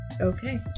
Okay